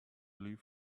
leave